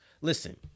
Listen